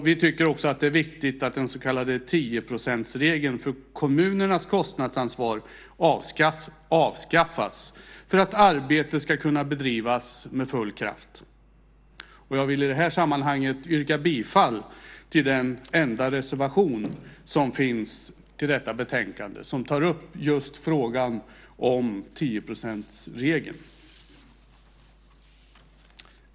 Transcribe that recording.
Vi tycker också att det är viktigt att den så kallade tioprocentsregeln för kommunernas kostnadsansvar avskaffas för att arbetet ska kunna bedrivas med full kraft. Jag vill i sammanhanget yrka bifall till den enda reservation som finns till detta betänkande och som tar upp just frågan om tioprocentsregeln.